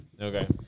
Okay